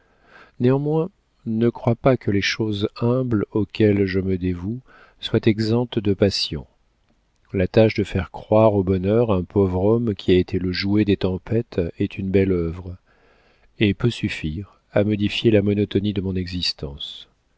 néanmoins ne crois pas que les choses humbles auxquelles je me dévoue soient exemptes de passion la tâche de faire croire au bonheur un pauvre homme qui a été le jouet des tempêtes est une belle œuvre et peut suffire à modifier la monotonie de mon existence